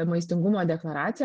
maistingumo deklaraciją